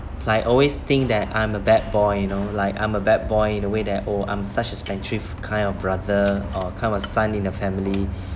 like always think that I'm a bad boy you know like I'm a bad boy in a way that oh I'm such a spendthrift kind of brother or kind of son in the family